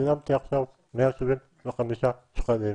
שילמתי עכשיו 175 שקלים,